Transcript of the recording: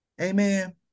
amen